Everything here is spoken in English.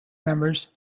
members